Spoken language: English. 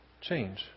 change